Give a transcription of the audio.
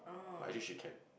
but actually she can